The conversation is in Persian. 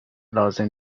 لازم